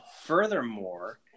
furthermore